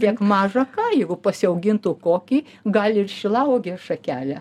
tiek maža ką jeigu pasiaugintų kokį gali ir šilauogės šakelę